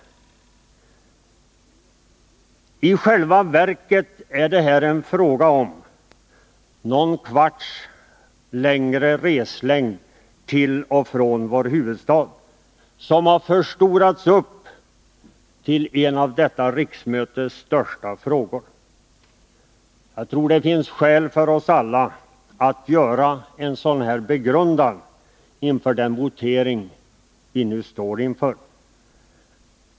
I själva verket är det här en fråga om ungefär en kvarts längre restid till och från vår huvudstad. Frågan har förstorats upp till en av detta riksmötes största frågor. Jag tror att det finns skäl för oss alla att begrunda detta inför den förestående voteringen.